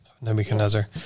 Nebuchadnezzar